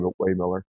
Waymiller